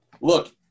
look